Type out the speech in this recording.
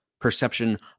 perception